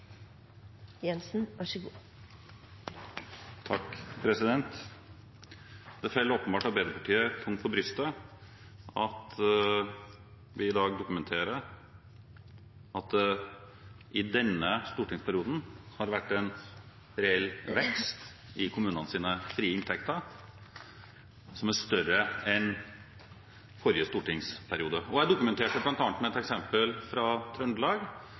Det faller åpenbart Arbeiderpartiet tungt for brystet at vi i dag dokumenterer at det i denne stortingsperioden har vært en reell vekst i kommunenes frie inntekter som er større enn i forrige stortingsperiode. Jeg dokumenterte det bl.a. med et eksempel fra